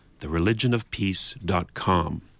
thereligionofpeace.com